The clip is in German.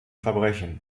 verbrechen